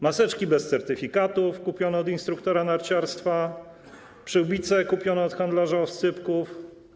Maseczki bez certyfikatów kupione od instruktora narciarstwa, przyłbice kupione od handlarza oscypków.